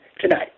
tonight